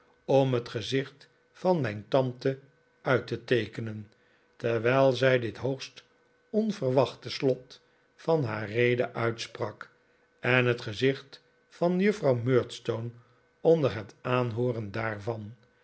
om het gezicht van mijn tante uit te teekenen terwijl zij dit hoogst onverwachte slot van haar rede uitsprak en het gezicht van juffrouw murdstone onder het aanhooren daarvan